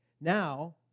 Now